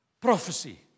prophecy